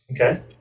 Okay